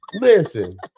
Listen